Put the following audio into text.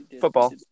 Football